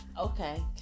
Okay